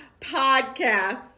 podcast